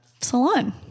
salon